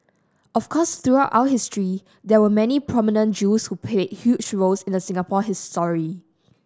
of course throughout our history there were many prominent Jews who played huge roles in the Singapore history